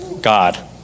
God